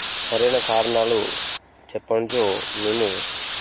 సరైన కారణాలు చెప్పనిచో మేము